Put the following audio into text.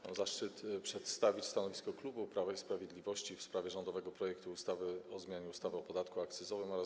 Mam zaszczyt przedstawić stanowisko klubu Prawa i Sprawiedliwości w sprawie rządowego projektu ustawy o zmianie ustawy o podatku akcyzowym oraz